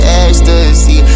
ecstasy